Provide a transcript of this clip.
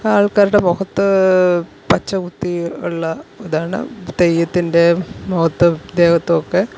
ആൾക്കാരുടെ മുഖത്ത് പച്ച കുത്തി ഉള്ള ഇതാണ് തെയ്യത്തിൻ്റെ മുഖത്തും ദേഹത്തും ഒക്കെ